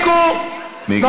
מיקי, מיקי, מיקי, תודה.